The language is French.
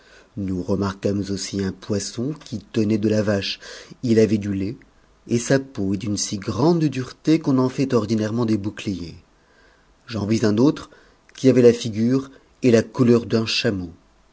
nous remarquâmes aussi un poisson qui tenait de la vache i avait du lait et sa peau est d'une si grande dureté qu'on en fait ordinairement des boucliers j'en vis un autre qui avait la figure et la couleur d'un chameau